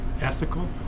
ethical